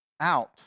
out